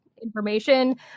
information